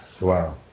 Wow